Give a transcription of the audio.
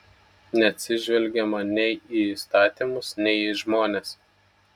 neatsižvelgiama nei į įstatymus nei į žmones